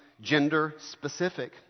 gender-specific